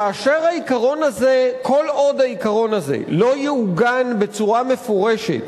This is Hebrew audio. כל עוד העיקרון הזה לא יעוגן בצורה מפורשת